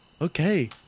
Okay